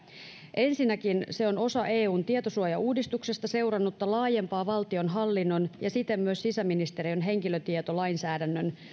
ensinnäkin se on osa eun tietosuojauudistuksesta seurannutta laajempaa valtionhallinnon ja siten myös sisäministeriön henkilötietolainsäädännön